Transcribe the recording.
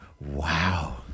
Wow